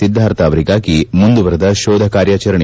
ಸಿದ್ದಾರ್ಥ ಅವರಿಗಾಗಿ ಮುಂದುವರಿದ ಶೋಧ ಕಾರ್ಯಾಚರಣೆ